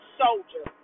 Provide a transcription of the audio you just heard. soldier